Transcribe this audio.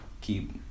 keep